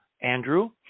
Andrew